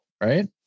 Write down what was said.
right